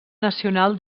nacional